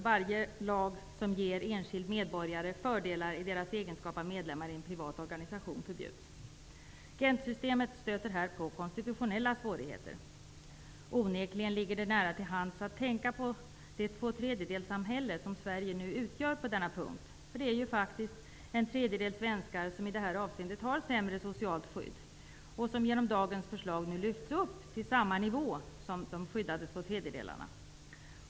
Varje lag som ger enskild medborgare fördelar i deras egenskap av medlemmar i en privat organisation förbjuds. Gentsystemet stöter här på konstitutionella svårigheter. Onekligen ligger det nära till hands att tänka på det tvåtredjedelssamhälle som Sverige nu utgör på denna punkt. Det är ju faktiskt en tredjedel svenskar som i det här avseendet har ett sämre socialt skydd och som genom dagens förslag nu lyfts upp till samma nivå som de skyddade två tredjedelarna.